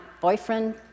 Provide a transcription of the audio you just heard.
boyfriend